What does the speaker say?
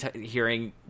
hearing